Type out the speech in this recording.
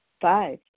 Five